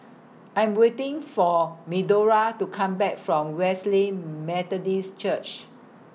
I Am waiting For Medora to Come Back from Wesley Methodist Church